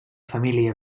família